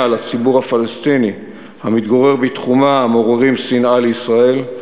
לציבור הפלסטיני המתגורר בתחומה מעוררים שנאה לישראל,